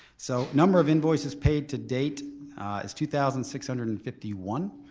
so number of invoices paid to date is two thousand six hundred and fifty one.